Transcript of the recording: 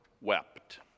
wept